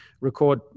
record